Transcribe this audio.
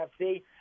NFC